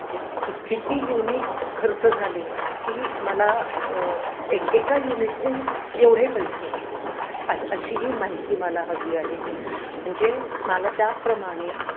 म्हणजे कित किती युनिट खर्च झाले की मला एक एका युनिटचे एवढे पैसे अशी ही माहिती मला हवी आहे म्हणजे मला त्याप्रमाणे